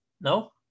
No